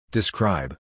Describe